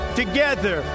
together